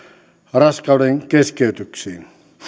raskaudenkeskeytyksiin